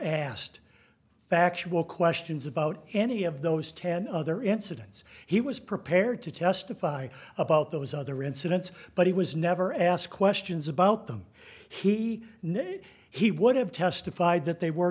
asked factual questions about any of those ten other incidents he was prepared to testify about those other incidents but he was never asked questions about them he named he would have testified that they were